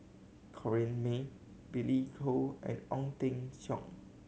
Corrinne May Billy Koh and Ong Teng Cheong